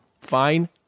fine